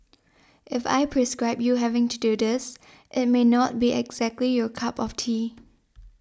if I prescribe you having to do this it may not be exactly your cup of tea